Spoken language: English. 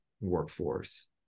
workforce